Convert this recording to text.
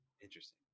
Interesting